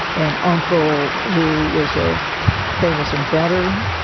an uncle who was a famous inventor.